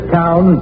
town